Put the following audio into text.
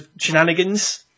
shenanigans